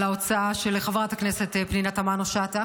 על ההוצאה של חברת הכנסת פנינה תמנו שטה